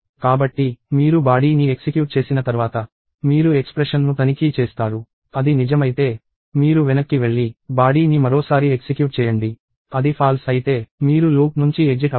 కాబట్టి మీరు బాడీ ని ఎక్సిక్యూట్ చేసిన తర్వాత మీరు ఎక్స్ప్రెషన్ ను తనిఖీ చేస్తారు అది నిజమైతే మీరు వెనక్కి వెళ్లి బాడీ ని మరోసారి ఎక్సిక్యూట్ చేయండి అది ఫాల్స్ అయితే మీరు లూప్ నుంచి ఎగ్జిట్ అవ్వండి